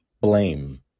blame